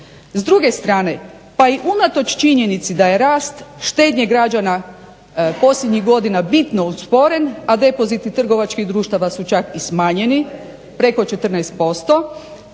S druge strane pa i unatoč činjenici da je rast štednje građana posljednjih godina bitno usporen, a depoziti trgovačkih društava su čak i smanjeni, preko 14%,